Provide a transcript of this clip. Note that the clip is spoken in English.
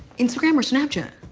instagram or snapchat?